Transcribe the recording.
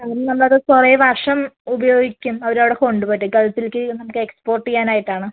കാരണം നമ്മളത് കുറെ വർഷം ഉപയോഗിക്കും അവര് അവിടെ കൊണ്ട് പോയിട്ട് ഗൾഫിലേക്ക് നമുക്ക് എക്സ്പോർട്ട് ചെയ്യാനായിട്ടാണ്